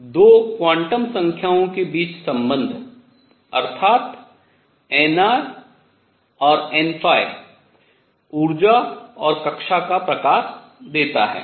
और 2 क्वांटम संख्याओं के बीच संबंध अर्थात् nr और n ऊर्जा और कक्षा का प्रकार देता है